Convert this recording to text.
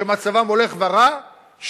שמצבם הולך ורע,